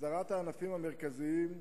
הסדרת הענפים המרכזיים,